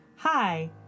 Hi